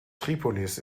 tripolis